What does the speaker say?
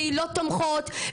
קהילות תומכות,